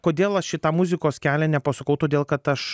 kodėl aš į tą muzikos kelią nepasukau todėl kad aš